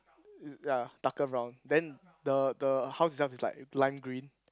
ya darker brown then the the house itself is like lime green